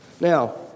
Now